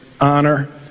Honor